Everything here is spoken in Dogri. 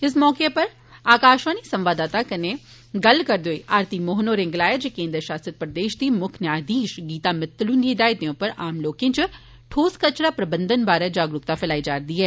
इस मौके उप्पर आकाशवाणी संवाददाता कन्नै गल्ल करदे होई आरती मोहन होरें गलाया जे केन्द्र शासित प्रदेश दी मुक्ख न्यायधीश गीता मितल हुन्दी हिदायतें उप्पर आम लोकें इच ठोस कचरा प्रबंघन बारै जागरूकता फैलाई जा'रदी ऐ